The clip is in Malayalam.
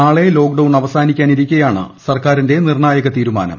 നാളെ ലോക് ഡൌൺ അവസാനിക്കാനിരിക്കെയാണ് സർക്കാരിന്റെ നിർണ്ണായക തീരുമാനം